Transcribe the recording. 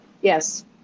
Yes